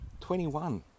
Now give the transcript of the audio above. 21